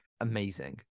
amazing